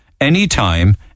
anytime